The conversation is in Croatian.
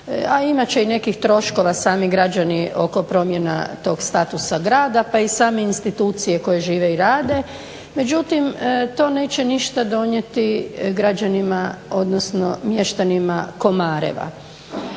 inače i nekih troškova sami građani oko promjena tog statusa grada pa i same institucije koje žive i rade, međutim to neće ništa donijeti građanima odnosno mještanima KOmareva.